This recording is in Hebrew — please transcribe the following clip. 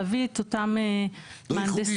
אי אפשר להסמיך אלא אם כן --- אוקיי,